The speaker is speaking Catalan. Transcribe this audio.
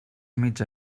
mitja